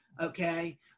Okay